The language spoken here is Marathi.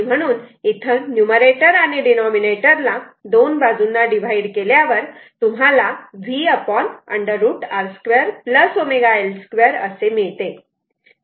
म्हणून नुमरेटर व डिनॉमिनेटर ला दोन बाजूंना डिवाइड केल्यावर तुम्हाला v √ R 2 ω L 2 असे मिळते